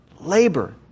Labor